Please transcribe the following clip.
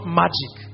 magic